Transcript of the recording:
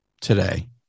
today